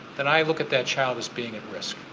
then i look at that child as being at risk.